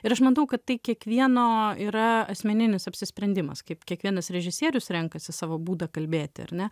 ir aš matau kad tai kiekvieno yra asmeninis apsisprendimas kaip kiekvienas režisierius renkasi savo būdą kalbėti ar ne